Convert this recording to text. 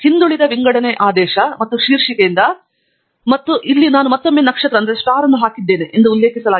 ಹಿಂದುಳಿದ ವಿಂಗಡಣೆ ಆದೇಶ ಮತ್ತು ಶೀರ್ಷಿಕೆಯಿಂದ ಮತ್ತು ಇಲ್ಲಿ ನಾನು ಮತ್ತೊಮ್ಮೆ ನಕ್ಷತ್ರವನ್ನು ಹಾಕಿದ್ದೇನೆ ಎಂದು ಉಲ್ಲೇಖಿಸಲಾಗಿದೆ